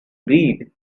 read